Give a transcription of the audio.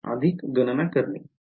अधिक गणने कारण